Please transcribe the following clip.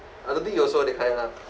I don't think you also that kind lah